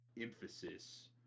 emphasis